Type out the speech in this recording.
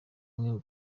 imwe